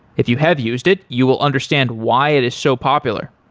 if you have used it, you will understand why it is so popular.